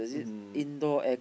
mmhmm